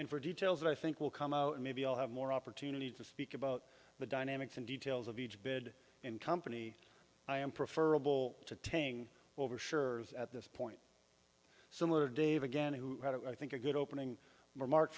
and for details that i think will come out maybe i'll have more opportunity to speak about the dynamics and details of each bid and company i am prefer rable to taking over sure's at this point similar dave again who had it i think a good opening remark